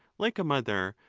like a mother,